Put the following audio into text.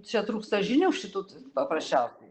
čia trūksta žinių šitų paprasčiausiai